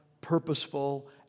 purposeful